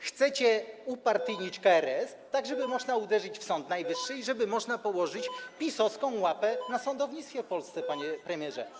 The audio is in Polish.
Chcecie upartyjnić KRS, tak żeby można było uderzyć w Sąd Najwyższy i żeby można było położyć PiS-owską łapę na sądownictwie w Polsce, panie premierze.